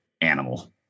animal